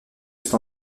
c’est